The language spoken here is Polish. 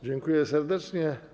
Dziękuję serdecznie.